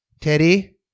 Teddy